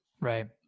right